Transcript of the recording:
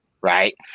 right